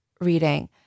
reading